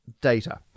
data